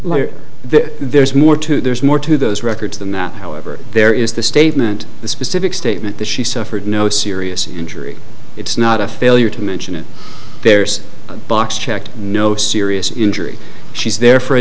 that there's more to there's more to those records than that however there is the statement the specific statement that she suffered no serious injury it's not a failure to mention it there's a box checked no serious injury she's there for a